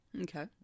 Okay